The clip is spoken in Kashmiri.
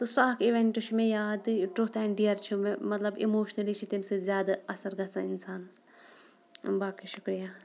تہٕ سُہ اَکھ اِوینٛٹ چھُ مےٚ یادٕے ٹُرٛتھ اینڈ ڈِیَر چھِ مےٚ مطلب اِموشنٔلی چھِ تمہِ سۭتۍ زیادٕ اثر گژھان اِنسانَس باقٕے شُکریہ